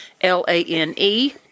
L-A-N-E